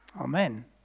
Amen